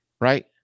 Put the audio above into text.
right